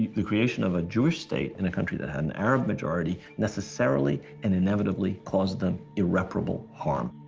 the creation of a jewish state, in a country that had an arab majority, necessarily and inevitably caused them irreparable harm.